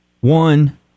One